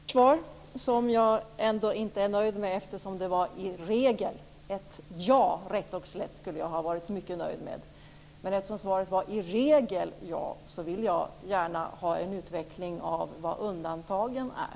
Fru talman! Det var ett kort svar, som jag ändå inte är nöjd med eftersom svaret var "i regel". Ett ja, rätt och slätt, hade jag varit mycket nöjd med. Eftersom svaret var i regel ja, vill jag ha en utveckling av vilka undantagen är.